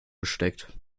gesteckt